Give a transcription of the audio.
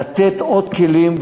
לתת עוד כלים,